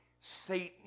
Satan